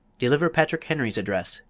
deliver patrick henry's address,